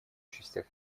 частях